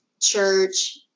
church